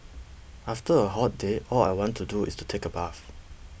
after a hot day all I want to do is to take a bath